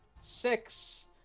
Six